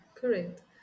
Correct